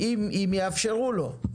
אם יאפשרו לו.